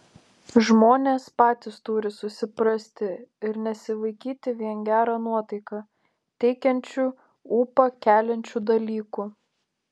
žmonės patys turi susiprasti ir nesivaikyti vien gerą nuotaiką teikiančių ūpą keliančių dalykų